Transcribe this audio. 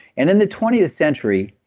and in the twentieth century.